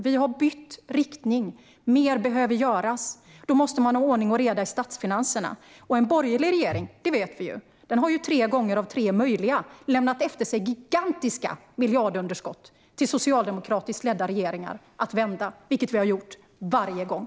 Vi har bytt riktning, men mer behöver göras. Då måste man ha ordning och reda i statsfinanserna. Vi vet ju att en borgerlig regering tre gånger av tre möjliga har lämnat efter sig gigantiska miljardunderskott till socialdemokratiskt ledda regeringar att vända, vilket vi har gjort varje gång.